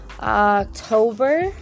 October